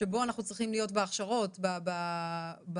שבו אנחנו צריכים להיות בהכשרות, בתרגולים,